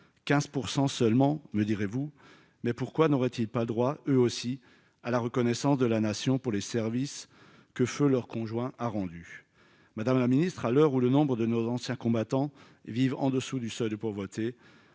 100 seulement, me direz-vous mais pourquoi n'auraient-ils pas droit eux aussi à la reconnaissance de la nation pour les services que feu leur conjoint a rendu, madame la ministre, à l'heure où le nombre de nos anciens combattants et vivent en dessous du seuil de pauvreté,